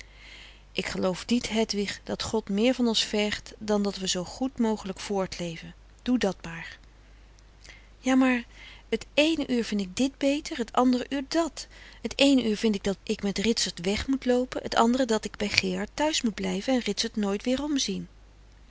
ik geloof niet hedwig dat god meer van ons vergt dan dat we zoo goed mogelijk voort leve doe dat maar ja maar het ééne uur vind ik dt beter het andere uur dàt het eene uur vind ik dat ik met ritsert weg moet loope het andere dat ik bij gerard thuis moet blijve en ritsert nooit weerom zien